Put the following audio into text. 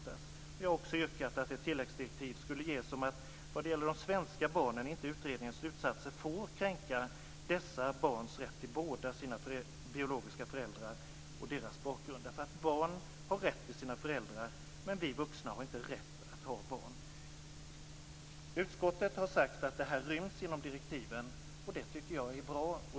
Jag har också yrkat att ett tilläggsdirektiv skulle ges om att vad gäller de svenska barnen inte utredningens slutsatser får kränka dessa barns rätt till båda sina biologiska föräldrar och deras bakgrund. Barn har rätt till sina föräldrar, men vi vuxna har inte rätt att ha barn. Utskottet har sagt att det här ryms inom direktiven, och det tycker jag är bra.